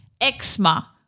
Eczema